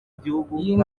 gihugu